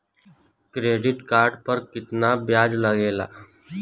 Credit card पर कितना ब्याज लगेला?